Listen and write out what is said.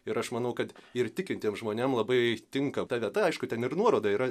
ir aš manau kad ir tikintiem žmonėm labai tinka ta vieta aišku ten ir nuoroda yra